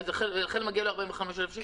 ולכן מגיע לו 45,000 שקל?